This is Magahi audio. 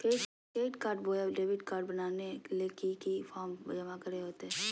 क्रेडिट कार्ड बोया डेबिट कॉर्ड बनाने ले की की फॉर्म जमा करे होते?